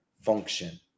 function